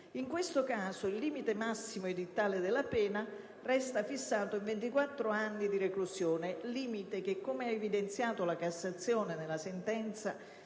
In tal caso il limite massimo edittale della pena resta fissato in 24 anni di reclusione, limite che - come ha evidenziato la Cassazione nella sentenza